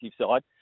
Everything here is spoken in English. side